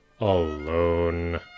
alone